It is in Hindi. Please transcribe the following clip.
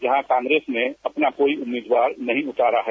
यहां कांग्रेस ने अपना कोई उम्मीदवार नहीं उतारा है